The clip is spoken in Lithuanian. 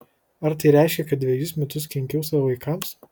ar tai reiškia kad dvejus metus kenkiau savo vaikams